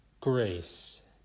Grace